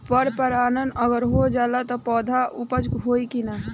पर परागण अगर हो जाला त का पौधा उपज होई की ना?